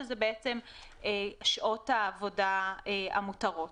שזה שעות העבודה המותרות.